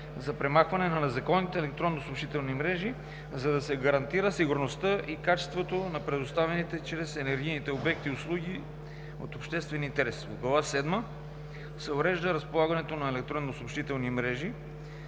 за премахване на незаконните електронни съобщителни мрежи, за да се гарантира сигурността и качеството на предоставяните чрез енергийните обекти услуги от обществен интерес. В „Глава седма – Електронни съобщителни мрежи